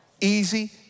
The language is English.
Easy